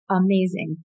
amazing